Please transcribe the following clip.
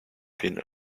been